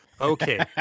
Okay